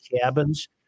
cabins